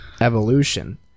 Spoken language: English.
Evolution